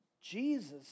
Jesus